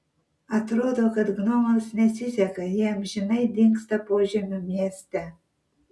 atrodo kad gnomams nesiseka jie amžinai dingsta požemių mieste